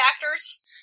factors